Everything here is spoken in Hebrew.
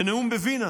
בנאום בווינה